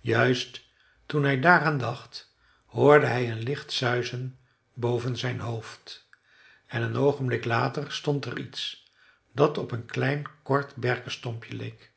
juist toen hij daaraan dacht hoorde hij een licht suizen boven zijn hoofd en een oogenblik later stond er iets dat op een klein kort berkestompje leek